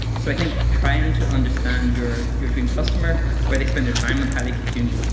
so i think trying to understand you're you're dream customer, where they spend their time and how they consume,